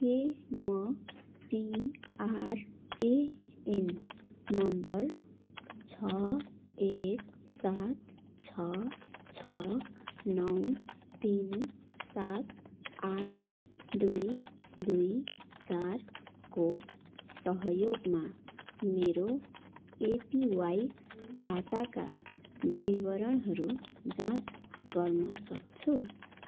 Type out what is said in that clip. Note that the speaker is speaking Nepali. के म पिआरएएन नम्बर छ एक सात छ छ नौ तिन सात आठ दुई दुई चारको सहयोगमा मेरो एपिवाई खाताका विवरणहरू जाँच गर्न सक्छु